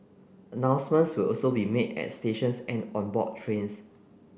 announcements will also be made at stations and on board trains